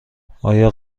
آیا